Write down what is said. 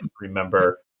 Remember